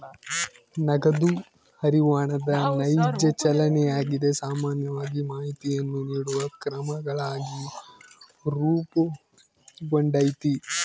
ನಗದು ಹರಿವು ಹಣದ ನೈಜ ಚಲನೆಯಾಗಿದೆ ಸಾಮಾನ್ಯವಾಗಿ ಮಾಹಿತಿಯನ್ನು ನೀಡುವ ಕ್ರಮಗಳಾಗಿ ರೂಪುಗೊಂಡೈತಿ